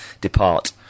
depart